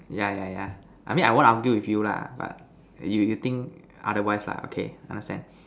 yeah yeah yeah I mean I won't argue with you lah but you you think otherwise lah okay understand